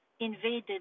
invaded